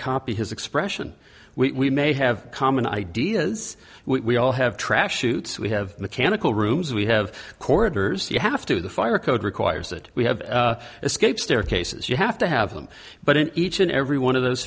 copy his expression we may have common ideas we all have trash chute we have mechanical rooms we have corridors you have to the fire code requires that we have escape staircases you have to have them but in each and every one of those